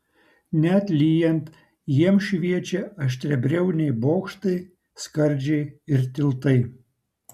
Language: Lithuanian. net lyjant jiems šviečia aštriabriauniai bokštai skardžiai ir tiltai